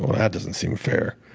that doesn't seem fair.